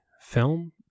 film